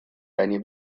eine